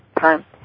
time